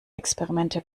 experimente